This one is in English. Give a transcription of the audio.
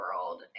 world